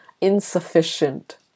insufficient